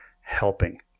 helping